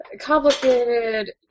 Complicated